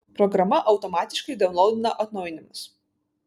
programa automatiškai daunlaudina atnaujinimus